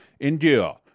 Endure